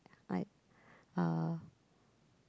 like uh